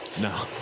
No